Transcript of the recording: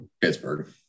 Pittsburgh